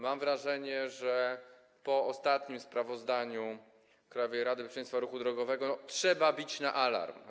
Mam wrażenie, że po ostatnim sprawozdaniu Krajowej Rady Bezpieczeństwa Ruchu Drogowego trzeba bić na alarm.